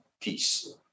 peace